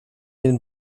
den